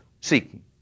seeking